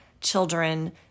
children